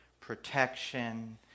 protection